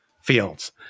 Fields